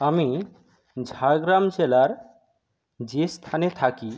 আমি ঝাড়গ্রাম জেলার যে স্থানে থাকি